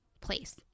place